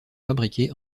fabriqués